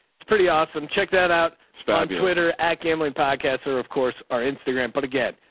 it's pretty awesome. check that out. it's fine. twitter at gambling podcasts are of course our instagram, but again,